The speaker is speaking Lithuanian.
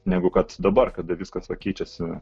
negu kad dabar kada viskas va keičiasi